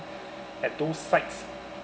at those sites